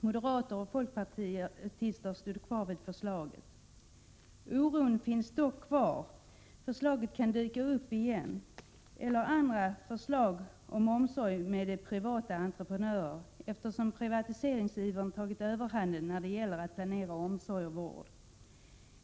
Moderater och folkpartister stod kvar vid förslaget. Oron finns dock kvar. Detta förslag kan dyka upp igen, eller det kan komma andra förslag till omsorg med privata entreprenörer, eftersom privatiseringsivern har tagit överhanden när det gäller att planera omsorg och vård.